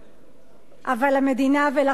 אבל למדינה ולחברה בישראל,